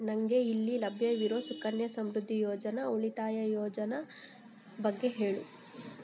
ನನಗೆ ಇಲ್ಲಿ ಲಭ್ಯವಿರೋ ಸುಕನ್ಯಾ ಸಮೃದ್ಧಿ ಯೋಜನೆ ಉಳಿತಾಯ ಯೋಜನೆ ಬಗ್ಗೆ ಹೇಳು